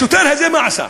השוטר הזה, מה עשה?